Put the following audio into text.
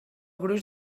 gruix